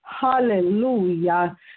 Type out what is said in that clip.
hallelujah